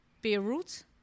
Beirut